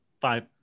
five